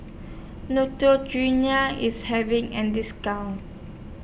IS having An discount